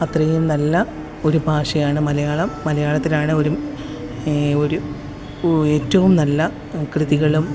അത്രയും നല്ല ഒരു ഭാഷയാണ് മലയാളം മലയാളത്തിലാണ് ഒരു ഒരു ഏറ്റവും നല്ല കൃതികളും